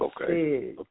okay